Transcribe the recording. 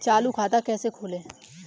चालू खाता कैसे खोलें?